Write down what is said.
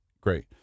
Great